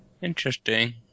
Interesting